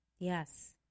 yes